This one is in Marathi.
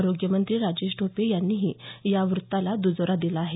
आरोग्य मंत्री राजेश टोपे यांनीही या वृत्ताला दजोरा दिला आहे